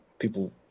people